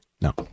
No